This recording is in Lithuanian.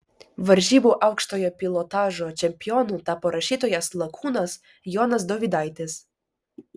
varžybų aukštojo pilotažo čempionu tapo rašytojas lakūnas jonas dovydaitis